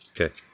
Okay